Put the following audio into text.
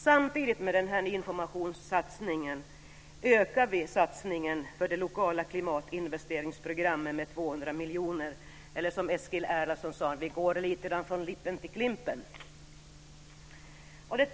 Samtidigt med den här informationssatsningen ökar vi satsningen på det lokala klimatinvesteringsprogrammet med 200 miljoner, eller som Eskil Erlandsson sade: Vi går lite grann från LIP:en till Klimpen. Fru talman!